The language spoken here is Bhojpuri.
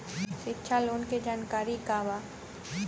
शिक्षा लोन के जानकारी का बा?